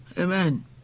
Amen